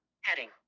Heading